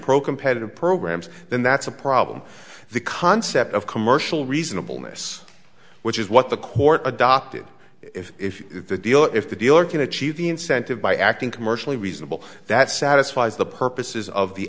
pro competitive programs then that's a problem the concept of commercial reasonable miss which is what the court adopted if if if the deal if the dealer can achieve the incentive by acting commercially reasonable that satisfies the purposes of the